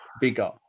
bigger